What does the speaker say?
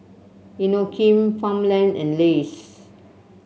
Inokim Farmland and Lays